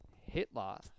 Hitler